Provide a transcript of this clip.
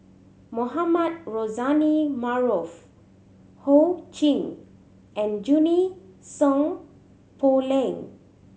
Mohamed Rozani Maarof Ho Ching and Junie Sng Poh Leng